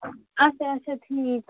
اچھا اچھا ٹھیٖک